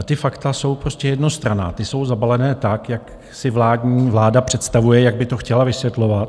Ta fakta jsou prostě jednostranná, jsou zabalena, tak jak si vláda představuje, jak by to chtěla vysvětlovat.